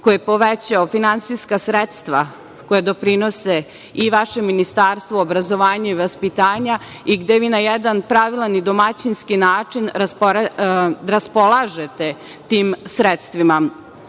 koji je povećao finansijska sredstva koja doprinose i vašem Ministarstvu obrazovanja i vaspitanja i gde vi na jedan pravilan i domaćinski način raspolažete tim sredstvima. Treba